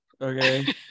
Okay